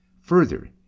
Further